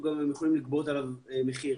הם יכולים לגבות עליו מחיר.